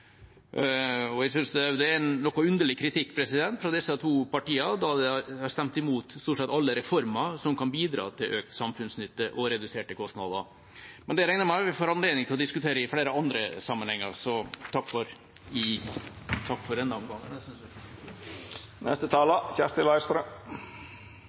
Jeg synes også det er en noe underlig kritikk fra disse to partiene, da de har stemt imot stort sett alle reformer som kan bidra til økt samfunnsnytte og reduserte kostnader. Men det regner jeg med at vi også får anledning til å diskutere i flere andre sammenhenger. Sånn helt på tampen av denne